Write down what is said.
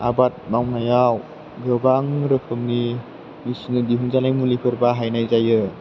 आबाद मावनायाव गोबां रोखोमनि मेसिनजों दिहुनजानाय मुलिफोर बाहायनाय जायो